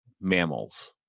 mammals